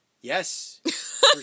Yes